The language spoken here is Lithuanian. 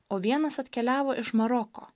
o vienas atkeliavo iš maroko